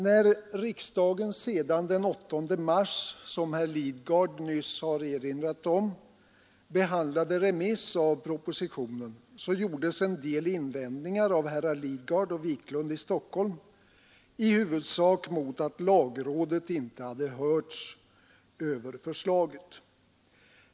När riksdagen sedan den 8 mars — såsom herr Lidgard nyss har erinrat om — behandlade remissen av propositionen gjordes en del invändningar av herrar Lidgard och Wiklund i Stockholm, i huvudsak mot att lagrådet inte hade hörts över förslaget.